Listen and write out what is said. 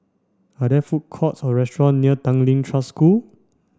are there food courts or restaurant near Tanglin Trust School